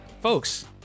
folks